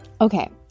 Okay